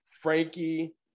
Frankie